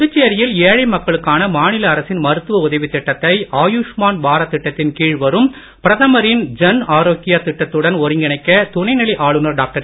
புதுச்சேரியில் ஏழை மக்களுக்கான மாநில அரசின் மருத்துவ உதவித் திட்டத்தை ஆயுஷ்மான் பாரத் திட்டத்தின் கீழ் வரும் பிரதமரின் ஜன் ஆரோக்யா திட்டத்துடன் ஒருங்கிணைக்க துணைநிலை ஆளுனர் டாக்டர்